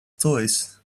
toys